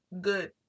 good